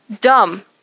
dumb